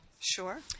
Sure